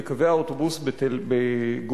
בקווי האוטובוס בגוש-דן,